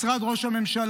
משרד ראש הממשלה,